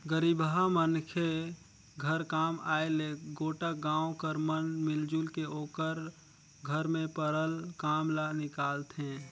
गरीबहा मनखे घर काम आय ले गोटा गाँव कर मन मिलजुल के ओकर घर में परल काम ल निकालथें